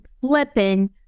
flipping